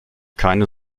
keine